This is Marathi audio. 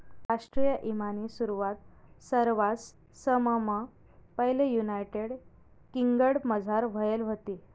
राष्ट्रीय ईमानी सुरवात सरवाससममा पैले युनायटेड किंगडमझार व्हयेल व्हती